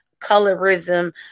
colorism